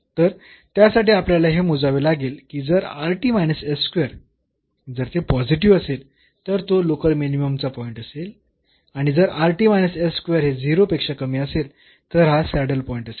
तर त्यासाठी आपल्याला हे मोजावे लागेल की जर जर ते पॉझिटिव्ह असेल तर तो लोकल मिनिममचा पॉईंट असेल आणि जर हे 0 पेक्षा कमी असेल तर हा सॅडल पॉईंट असेल